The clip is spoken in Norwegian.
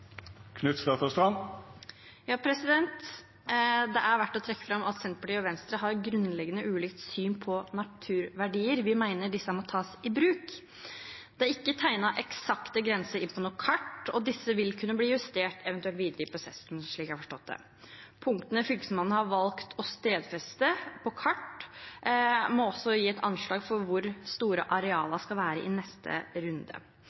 Det er verdt å trekke fram at Senterpartiet og Venstre har grunnleggende ulikt syn på naturverdier. Vi mener disse må tas i bruk. Det er ikke tegnet inn eksakte grenser på noe kart, og disse vil kunne bli justert eventuelt videre i prosessen, slik jeg har forstått det. Punktene Fylkesmannen har valgt å stedfeste på kart, må også gi et anslag for hvor store arealene skal være i neste runde.